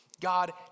God